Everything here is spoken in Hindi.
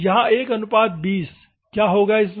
यहाँ 120 क्या होगा इसमें